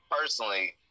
personally